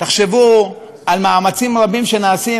תחשבו על מאמצים רבים שנעשים,